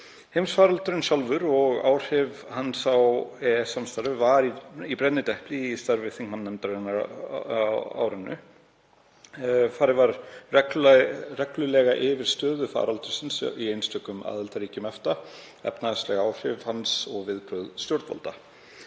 Heimsfaraldurinn sjálfur og áhrif hans á EES-samstarfið var í brennidepli í starfi þingmannanefndanna á árinu. Farið var reglulega yfir stöðu faraldursins í einstökum aðildarríkjum EFTA, efnahagsleg áhrif hans og viðbrögð stjórnvalda.